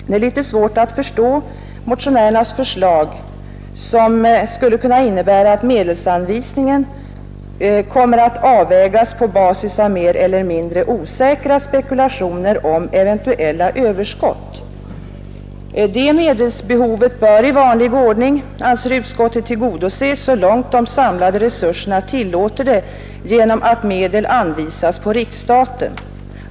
Det är litet svårt att förstå motionärernas förslag, som skulle kunna innebära att medelsanvisningen kommer att avvägas på basis av mer eller mindre osäkra spekulationer om eventuella överskott. Utskottet anser att detta medelsbehov i vanlig ordning bör tillgodoses så långt de samlade resurserna tillåter det genom att medlen anvisas på riksstaten.